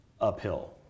uphill